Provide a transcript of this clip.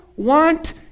want